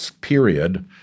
period